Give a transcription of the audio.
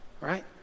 Right